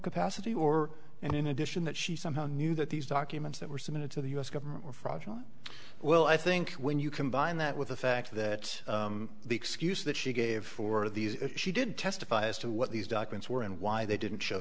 capacity or and in addition that she somehow knew that these documents that were submitted to the u s government were fraudulent well i think when you combine that with the fact that the excuse that she gave for these if she did testify as to what these documents were and why they didn't show